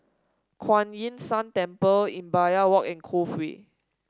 Kuan Yin San Temple Imbiah Walk and Cove Way